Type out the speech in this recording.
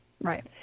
Right